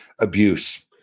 abuse